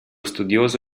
studioso